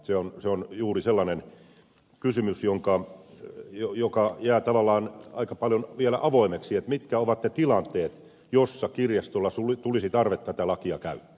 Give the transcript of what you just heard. se on juuri sellainen kysymys joka jää tavallaan aika paljon vielä avoimeksi mitkä ovat ne tilanteet joissa kirjastolle tulisi tarve tätä lakia käyttää